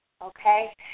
okay